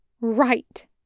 right